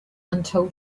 until